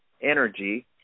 energy